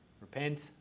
Repent